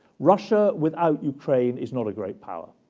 russia without ukraine is not a great power.